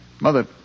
Mother